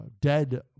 dead